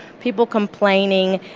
people complaining.